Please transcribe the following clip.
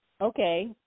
okay